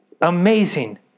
amazing